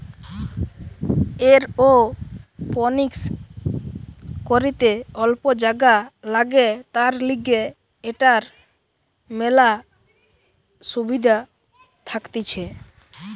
aeroponics করিতে অল্প জাগা লাগে, তার লিগে এটার মেলা সুবিধা থাকতিছে